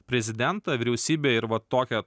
prezidentą vyriausybę ir va tokią